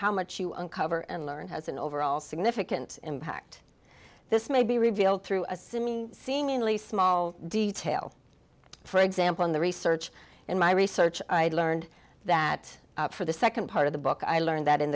how much you uncover and learn has an overall significant impact this may be revealed through assuming seemingly small detail for example in the research in my research i learned that for the second part of the book i learned that in